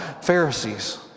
Pharisees